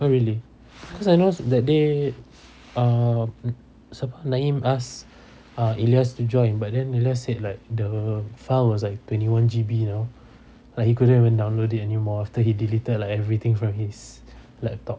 oh really cause I know that day uh siapa naim asked uh ilyas to join but then ilyas said like the file was like twenty one G_B he couldn't even download it anymore after he deleted everything from his laptop